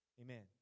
Amen